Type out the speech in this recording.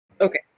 Okay